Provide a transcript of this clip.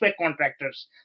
contractors